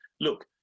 look